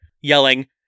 yelling